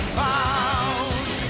found